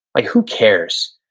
like who cares?